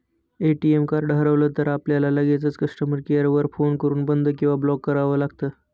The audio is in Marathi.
ए.टी.एम कार्ड हरवलं तर, आपल्याला लगेचच कस्टमर केअर वर फोन करून बंद किंवा ब्लॉक करावं लागतं